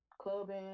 clubbing